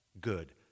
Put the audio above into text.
good